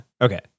okay